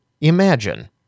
imagine